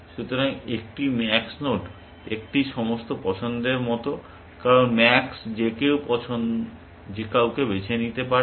সুতরাং একটি max node একটি সমস্ত পছন্দের মতো কারণ ম্যাক্স যে কাউকে বেছে নিতে পারে